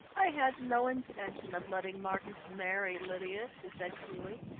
i had no intention of letting marcus marry lydia, she said coolly,